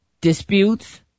disputes